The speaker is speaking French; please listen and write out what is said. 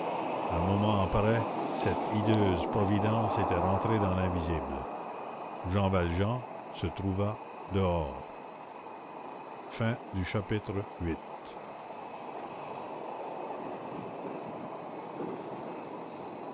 un moment après cette hideuse providence était rentrée dans l'invisible jean valjean se trouva dehors chapitre